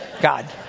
God